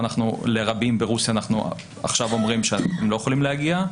אז לרבים ברוסיה אנחנו עכשיו אומרים שאנחנו לא יכולים להגיע.